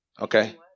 Okay